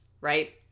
right